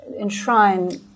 enshrine